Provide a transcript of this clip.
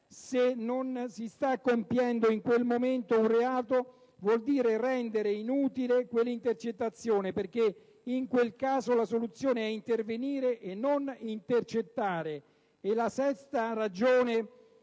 se non si sta compiendo in quel momento un reato, vuol dire rendere inutile quella intercettazione, perché in quel caso la soluzione è intervenire e non intercettare». Infine, la sesta ragione: